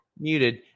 Muted